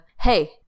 hey